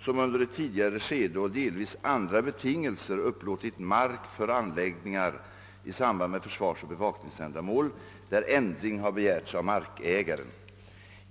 som under ett tidigare skede och delvis andra betingelser upplåtit mark för anläggningar i samband med försvarsoch bevakningsändamål — där ändring har begärts av markägaren.